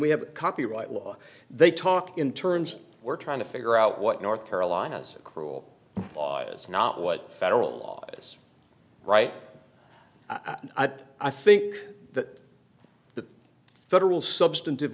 we have copyright law they talk in terms we're trying to figure out what north carolina's cruel is not what federal law is right i think that the federal substantive